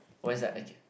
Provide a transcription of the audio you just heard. why is that okay